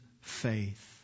faith